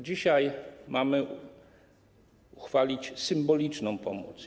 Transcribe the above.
Dzisiaj mamy uchwalić symboliczną pomoc.